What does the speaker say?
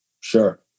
sure